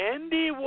Andy